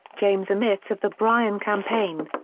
james a. myths of the bryan campaign.